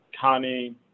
Connie